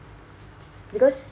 because